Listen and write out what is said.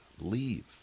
leave